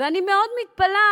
ואני מאוד מתפלאת